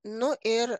nu ir